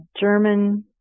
German